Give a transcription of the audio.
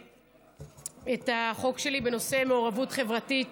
את החוק שלי בנושא מעורבות חברתית